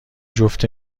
جفت